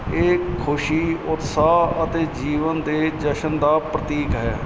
ਇਹ ਖੁਸ਼ੀ ਉਤਸ਼ਾਹ ਅਤੇ ਜੀਵਨ ਦੇ ਜਸ਼ਨ ਦਾ ਪ੍ਰਤੀਕ ਹੈ